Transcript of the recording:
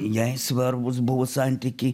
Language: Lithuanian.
jai svarbūs buvo santykiai